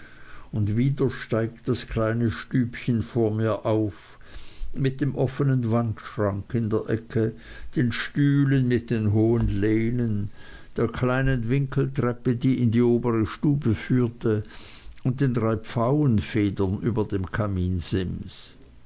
und wieder steigt das kleine stübchen vor mir auf mit dem offnen wandschrank in der ecke den stühlen mit den hohen lehnen der kleinen winkeltreppe die in die obere stube führte und den drei pfauenfedern über dem kaminsims